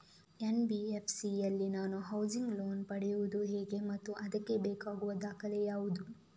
NBFC ಯಲ್ಲಿ ನಾನು housing loan ಪಡೆಯುದು ಹೇಗೆ ಮತ್ತು ಅದಕ್ಕೆ ಬೇಕಾಗುವ ದಾಖಲೆ ಯಾವುದು?